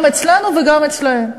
גם אצלנו וגם אצלם.